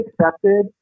accepted